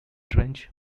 trench